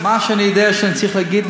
מה שאני יודע שאני צריך להגיד,